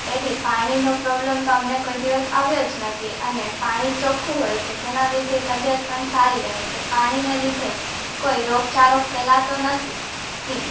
તેથી પાણીનો પ્રોબલમ તો અમને કોઈ દિવસ આવ્યો જ નથી અને પાણી ચોખ્ખું હોય છે તેના લીધે તબિયત પણ સારી રહે છે પાણીને લીધે કોઈ રોગચાળો ફેલાતો નથી ઇ